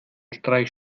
streich